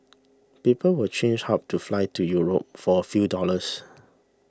people will change hubs to fly to Europe for a few dollars